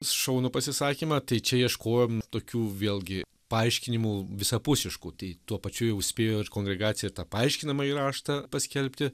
šaunų pasisakymą tai čia ieškojom tokių vėlgi paaiškinimų visapusiškų tai tuo pačiu jau spėjo ir kongregacija ir tą paaiškinamąjį raštą paskelbti